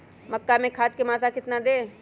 मक्का में खाद की मात्रा कितना दे?